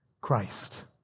Christ